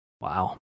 Wow